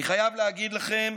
אני חייב להגיד לכם,